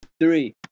three